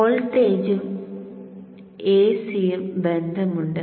വോൾട്ടേജും Ac യും ബന്ധമുണ്ട്